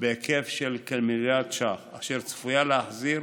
בהיקף של כמיליארד ש"ח, אשר צפויה להחזיר